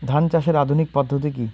ধান চাষের আধুনিক পদ্ধতি কি?